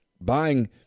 buying